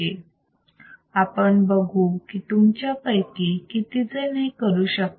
तर आपण बघू की तुमच्यापैकी किती जण हे करू शकता